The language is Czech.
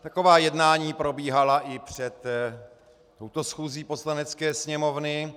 Taková jednání probíhala i před touto schůzí Poslanecké sněmovny.